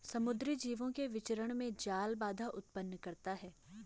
समुद्री जीवों के विचरण में जाल बाधा उत्पन्न करता है